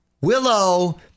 Willow